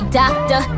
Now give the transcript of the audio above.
doctor